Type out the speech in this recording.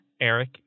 eric